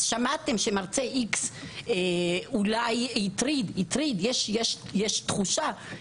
אלא שמעתם שמרצה מסוים אולי הטריד יש נציבות.